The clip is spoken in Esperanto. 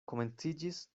komenciĝis